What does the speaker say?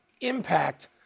impact